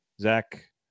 Zach